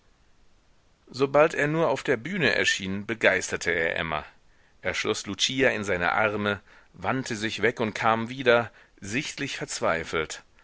sobald er nur auf der bühne erschien begeisterte er emma er schloß lucia in seine arme wandte sich weg und kam wieder sichtlich verzweifelt